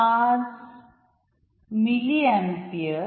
पाच मिलि एंपियर